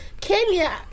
Kenya